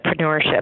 entrepreneurship